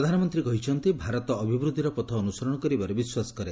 ପ୍ରଧାନମନ୍ତ୍ରୀ କହିଛନ୍ତି ଭାରତ ଅଭିବୃଦ୍ଧିର ପଥ ଅନୁସରଣ କରିବାରେ ବିଶ୍ୱାସ କରେ